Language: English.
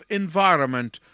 environment